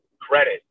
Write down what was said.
credit